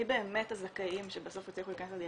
מי באמת הזכאים שבסוף יצליחו לקחת דירה,